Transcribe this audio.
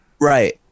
right